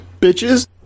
bitches